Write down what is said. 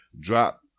drop